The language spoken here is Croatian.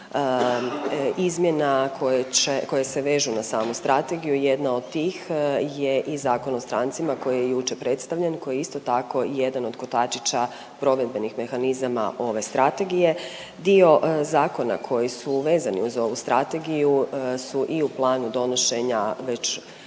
će, koje se vežu na samu strategiju. Jedna od tih je i Zakon o strancima koji je jučer predstavljen koji je isto tako jedan od kotačića provedbenih mehanizama ove strategije. Dio zakona koji su vezani uz ovu strategiju su i u planu donošenja već